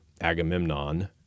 Agamemnon